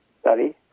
study